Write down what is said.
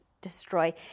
destroy